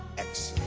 x